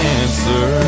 answer